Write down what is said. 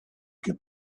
get